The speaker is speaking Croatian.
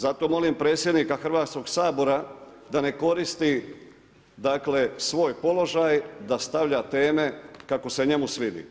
Zato molim predsjednika Hrvatskog sabora da ne koristi svoj položaj da stavlja teme kako se njemu svidi.